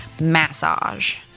massage